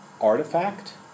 artifact